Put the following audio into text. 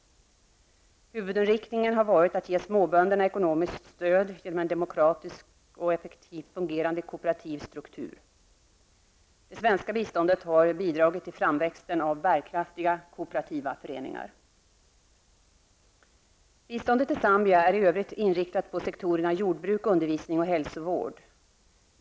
Huvudinriktningen har varit att ge småbönderna ekonomiskt stöd genom en demokratisk och effektivt fungerande kooperativ struktur. Det svenska biståndet har bidragit till framväxten av bärkraftiga kooperativa föreningar. Biståndet till Zambia är i övrigt inriktat på sektorerna jordbruk, undervisning och hälsovård.